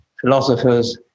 philosophers